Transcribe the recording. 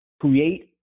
create